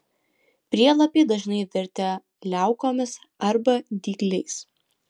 prielapiai dažnai virtę liaukomis arba dygliais